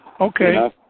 Okay